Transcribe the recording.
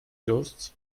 ghosts